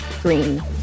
green